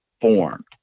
formed